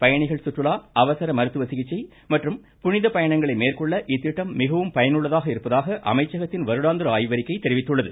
பயணிகள் சுற்றுலா அவசர மருத்துவ சிகிச்சை புனித பயணங்களை மேற்கொள்ள இத்திட்டம் மிகவும் பயனுள்ளதாக இருப்பதாகத் அமைச்சகத்தின் வருடாந்திரத ஆய்வறிக்கை தெரிவித்துள்ளது